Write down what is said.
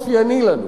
אופייני לנו.